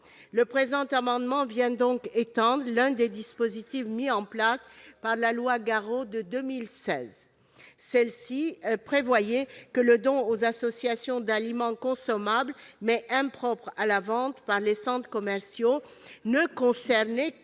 Cet amendement vise ainsi à étendre l'un des dispositifs mis en place par la loi Garot de 2016, qui prévoyait que l'obligation de don aux associations d'aliments consommables, mais impropres à la vente par les centres commerciaux, ne concernait